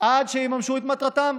עד שיממשו את מטרתם.